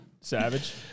Savage